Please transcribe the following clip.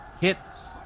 Hits